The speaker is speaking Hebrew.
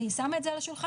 אני שמה את זה על השולחן,